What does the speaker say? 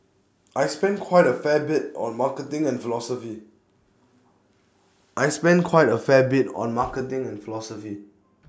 I spend quite A fair bit on marketing and philosophy I spend quite A fair bit on marketing and philosophy